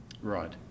right